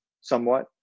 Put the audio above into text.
somewhat